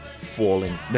falling